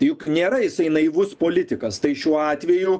juk nėra jisai naivus politikas tai šiuo atveju